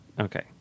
Okay